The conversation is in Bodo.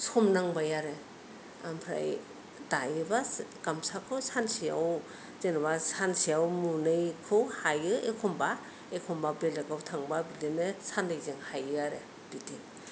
समनांबाय आरो आमफाय दायोब्ला गामसाखौ सानसेआव जेनोबा सानसेआव मुनैखौ हायो एखमबा एखमबा बेलेगफ्राव थांबा बिदिनो साननैजों हायो आरो बिदि